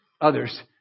others